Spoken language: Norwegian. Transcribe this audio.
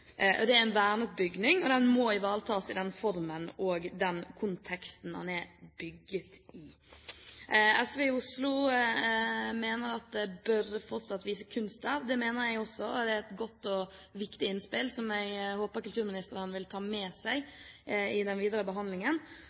den formen og den konteksten den er bygget i. SV i Oslo mener at det fortsatt bør vises kunst der, og det mener jeg også. Det er et godt og viktig innspill, som jeg håper kulturministeren vil ta med seg i den videre behandlingen.